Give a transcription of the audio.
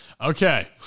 Okay